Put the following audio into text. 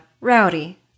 rowdy